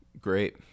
Great